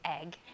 egg